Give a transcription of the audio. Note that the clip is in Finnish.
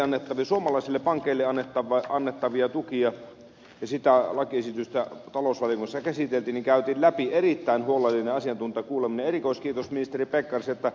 kun suomalaisille pankeille annettavia tukia koskevaa lakiesitystä talousvaliokunnassa käsiteltiin käytiin läpi erittäin huolellinen asiantuntijakuuleminen